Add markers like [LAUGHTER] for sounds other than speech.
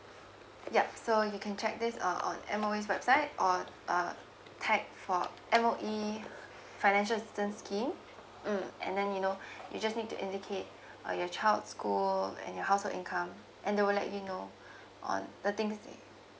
ya so you can check this uh on M_O_E's website or uh type for M_O_E financial assistance scheme mm and then you know [BREATH] you just need to indicate uh your child's school and your household income and they will let you know on the things that